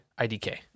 IDK